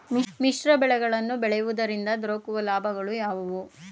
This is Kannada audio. ಮಿಶ್ರ ಬೆಳೆಗಳನ್ನು ಬೆಳೆಯುವುದರಿಂದ ದೊರಕುವ ಲಾಭಗಳು ಯಾವುವು?